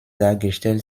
dargestellt